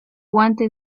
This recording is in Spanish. guante